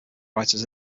writers